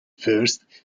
first